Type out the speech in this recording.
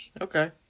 Okay